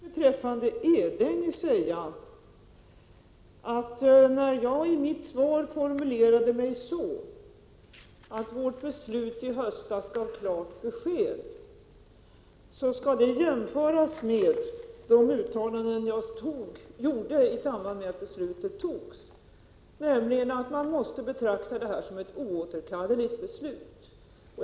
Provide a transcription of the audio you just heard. Herr talman! Får jag först beträffande Edänge säga, att när jag i mitt svar formulerat mig så, att vårt beslut i höstas gav klart besked, så skall det jämföras med de uttalanden jag gjorde i samband med att beslutet togs, nämligen att man måste betrakta detta som ett oåterkalleligt beslut.